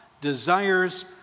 desires